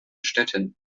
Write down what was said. stettin